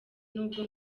nubwo